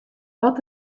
wat